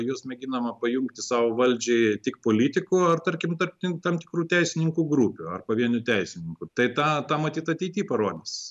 juos mėginama pajungti sau valdžiai tik politikų ar tarkim tarkim tam tikrų teisininkų grupių ar pavienių teisininkų tai tą tą matyt ateity parodys